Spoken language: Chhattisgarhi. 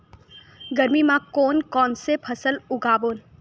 गरमी मा कोन कौन से फसल उगाबोन?